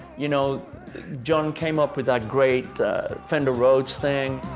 you know jon came up with that great fender rhodes thing.